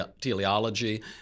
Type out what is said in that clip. teleology